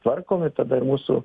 tvarkomi tada ir mūsų